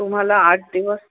तुम्हाला आठ दिवस